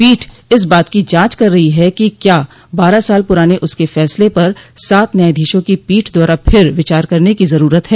पीठ इस बात की जांच कर रही है कि क्या बारह साल पुराने उसके फैसले पर सात न्यायाधीशों की पीठ द्वारा फिर विचार करने की जरूरत है